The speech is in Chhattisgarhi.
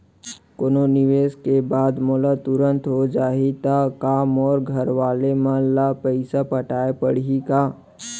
कोनो निवेश के बाद मोला तुरंत हो जाही ता का मोर घरवाले मन ला पइसा पटाय पड़ही का?